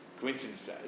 Coincidence